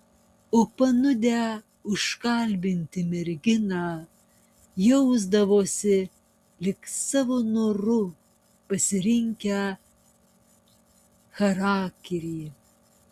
o panūdę užkalbinti merginą jausdavosi lyg savo noru pasirinkę charakirį